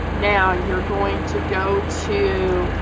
now you're going to go to